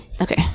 Okay